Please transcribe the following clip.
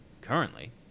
currently